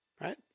Right